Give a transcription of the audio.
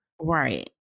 Right